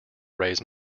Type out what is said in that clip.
raise